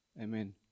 Amen